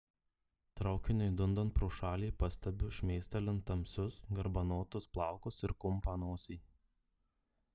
traukiniui dundant pro šalį pastebiu šmėstelint tamsius garbanotus plaukus ir kumpą nosį